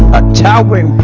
a towering but